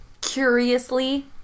curiously